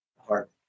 Heart